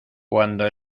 cuando